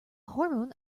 hormone